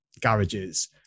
garages